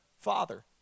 Father